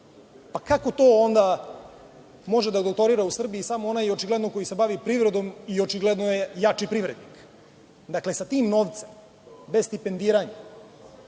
Pa kako to onda može da doktorira u Srbiji samo onaj, očigledno, koji se bavi privredom i očigledno je jači privrednik? Dakle, sa tim novcem, bez stipendiranja,